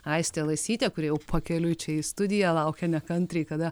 aistė lasytė kuri jau pakeliui čia į studiją laukia nekantriai kada